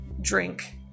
drink